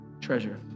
treasure